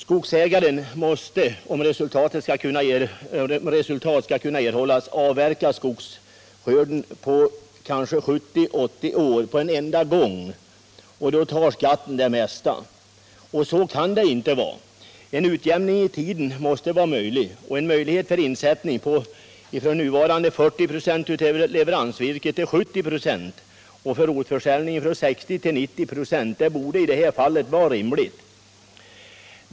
Skogsägaren måste, om resultat skall kunna erhållas, avverka skogsskörden från kanske 70-80 år på en enda gång, och då tar skatten det mesta. Så kan det inte få vara. En utjämning i tiden måste vara möjlig. Rätt till höjning av insättningen från nuvarande 40 96 för leveransvirke till 70 26 och för rotförsäljning från 60 till 90 26 borde i det här fallet vara rimligt.